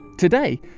today,